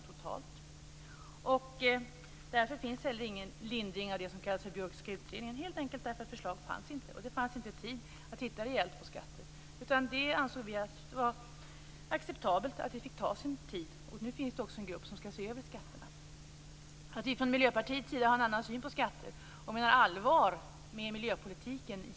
Därför finns inte heller någon lindring av det som kallas för Björkska utredningen. Det fanns helt enkelt inte några förslag, och det fanns inte heller tid att gå igenom skattefrågorna rejält. Det finns nu en grupp som skall se över skatterna.